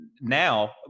Now